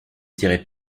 direz